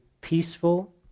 peaceful